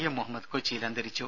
A Muhammad കൊച്ചിയിൽ അന്തരിച്ചു